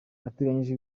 hateganyijwe